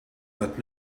that